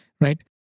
right